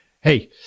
hey